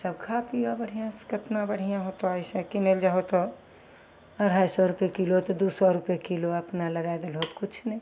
सब खा पिअऽ बढ़िआँसे कतना बढ़िआँ होतऽ अएसे किनै ले जाहो तऽ अढ़ाइ सओ रुपै किलो तऽ दुइ सओ रुपै किलो अपना लगै देलहो तऽ किछु नहि